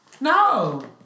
No